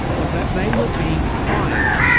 was that they were being fired,